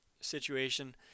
situation